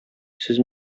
сез